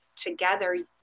together